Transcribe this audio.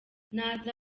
naza